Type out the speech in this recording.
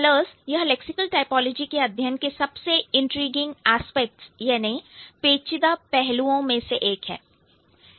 colours यह lexical typology के अध्ययन के सबसे intriguing aspects इंट्रिगिंग एस्पेक्ट्स पेचीदा पहलुओं में से एक है